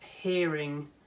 hearing